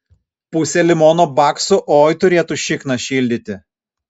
pusė limono baksų oi turėtų šikną šildyti